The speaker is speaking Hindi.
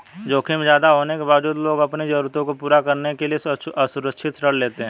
जोखिम ज्यादा होने के बावजूद लोग अपनी जरूरतों को पूरा करने के लिए असुरक्षित ऋण लेते हैं